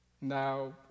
Now